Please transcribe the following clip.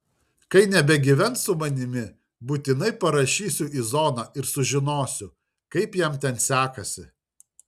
kai nebegyvens su manimi būtinai parašysiu į zoną ir sužinosiu kaip jam ten sekasi